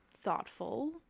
thoughtful